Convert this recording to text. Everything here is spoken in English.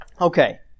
Okay